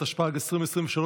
התשפ"ג,2023,